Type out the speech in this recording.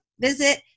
visit